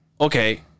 Okay